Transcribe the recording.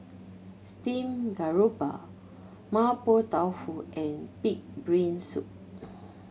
steamed garoupa Mapo Tofu and pig brain soup